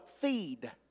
feed